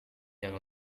yang